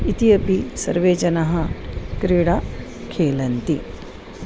इति अपि सर्वे जनाः क्रीडाः खेलन्ति